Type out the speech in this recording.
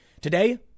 Today